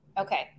Okay